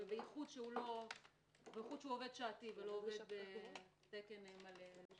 בייחוד שהוא עובד שעתי ולא עובד תקן מלא.